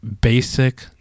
basic